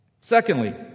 Secondly